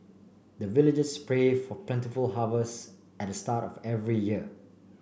the villagers pray for plentiful harvest at the start of every year